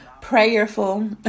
prayerful